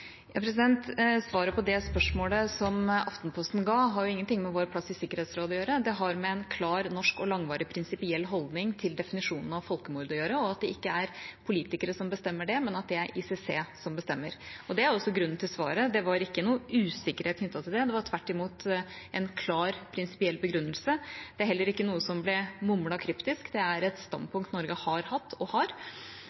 Svaret på det spørsmålet som vi ga til Aftenposten, har ingenting med vår plass i Sikkerhetsrådet å gjøre. Det har med en klar norsk og langvarig prinsipiell holdning til definisjonen av folkemord å gjøre, at det ikke er politikere som bestemmer det, men at det er ICC som bestemmer det. Det var også grunnen til svaret. Det var ikke noe usikkerhet knyttet til det, det var tvert imot en klar prinsipiell begrunnelse. Det var heller ikke noe som ble mumlet kryptisk, det er et